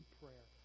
prayer